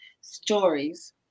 stories